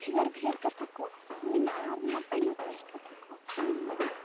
ᱵᱷᱮᱜᱟᱨᱼᱵᱷᱮᱜᱟᱨ ᱠᱟᱛᱷᱟᱠᱚ ᱢᱮᱱᱟᱜᱼᱟ ᱟᱨ ᱱᱟᱯᱟᱭ ᱱᱟᱯᱟᱭ ᱠᱟᱛᱷᱟᱠᱚ ᱢᱮᱱᱟᱜᱼᱟ